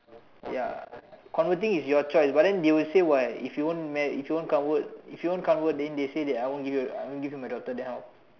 ya converting is your choice but then they will say what if you want marry if you dot convert don't convert then they say I won't give you my daughter then how